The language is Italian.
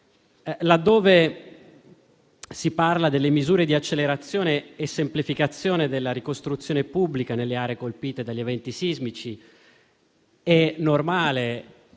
Laddove si parla delle misure di accelerazione e semplificazione della ricostruzione pubblica nelle aree colpite dagli eventi sismici, è normale